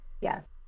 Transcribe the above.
Yes